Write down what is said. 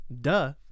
duh